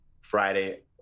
Friday